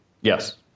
Yes